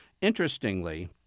Interestingly